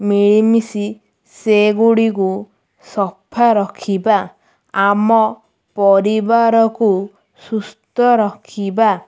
ମିଳିମିଶି ସେଗୁଡ଼ିକୁ ସଫା ରଖିବା ଆମ ପରିବାରକୁ ସୁସ୍ଥ ରଖିବା